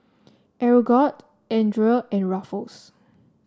Aeroguard Andre and Ruffles